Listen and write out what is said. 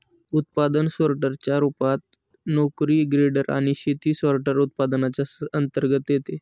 उत्पादन सोर्टर च्या रूपात, नोकरी ग्रेडर आणि शेती सॉर्टर, उत्पादनांच्या अंतर्गत येते